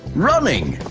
running,